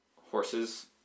horses